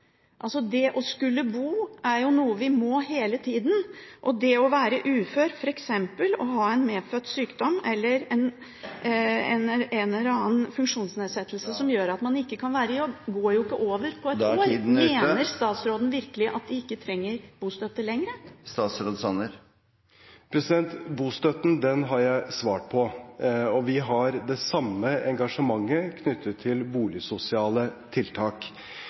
Å skulle bo, er noe vi gjør hele tiden. Å være ufør, f.eks. å ha en medfødt sykdom eller en eller annen funksjonsnedsettelse som gjør at man ikke kan være i jobb, går ikke over på et år. Mener statsråden virkelig at man ikke lenger trenger bostøtte? Det om bostøtten har jeg svart på. Vi har det samme engasjementet knyttet til boligsosiale tiltak.